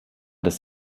des